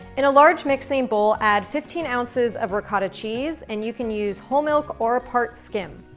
in a large mixing bowl, add fifteen ounces of ricotta cheese. and you can use whole milk or part-skim.